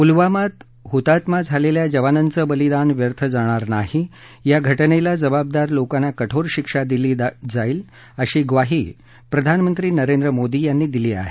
पुलवामात हुतात्मा झालेल्या जवानांचं बलिदान व्यर्थ जाणार नाही या घटनेला जबाबदार लोकांना कठोर शिक्षा दिली जाईल अशी ग्वाही प्रधानमंत्री नरेंद्र मोदी यांनी दिली आहे